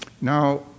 Now